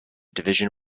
division